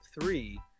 three